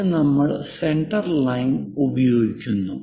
അതിനു നമ്മൾ സെന്റർലൈൻ ഉപയോഗിക്കുന്നു